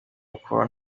ukubaho